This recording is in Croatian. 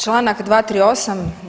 Članak 238.